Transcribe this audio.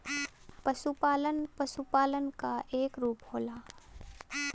पसुपालन पसुपालन क एक रूप होला